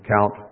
count